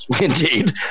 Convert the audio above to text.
Indeed